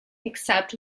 except